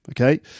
Okay